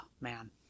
man